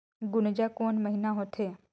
गुनजा कोन महीना होथे?